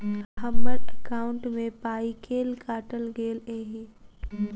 हम्मर एकॉउन्ट मे पाई केल काटल गेल एहि